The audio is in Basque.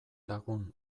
lagun